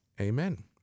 amen